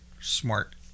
smart